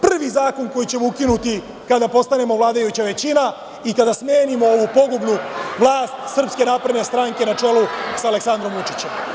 Prvi zakon koji ćemo ukinuti kada postanemo vladajuća većina i kada smenimo ovu pogubnu vlast SNS, na čelu sa Aleksandrom Vučićem.